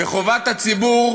וחובת הציבור,